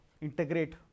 integrate